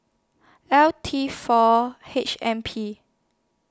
L seven four H M P